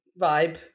vibe